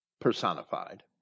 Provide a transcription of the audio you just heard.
personified